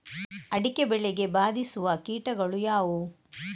ಅಡಿಕೆ ಬೆಳೆಗೆ ಬಾಧಿಸುವ ಕೀಟಗಳು ಯಾವುವು?